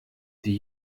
die